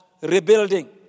rebuilding